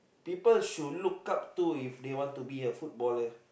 people should look up to if they want to be a footballer